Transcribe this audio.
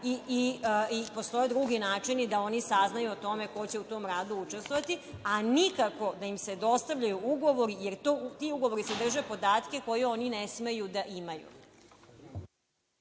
i postoje drugi načini da oni saznaju ko će u tom radu učestvovati, a nikako da im se dostavljaju ugovori, jer ti ugovori sadrže podatke koje oni ne smeju da imaju.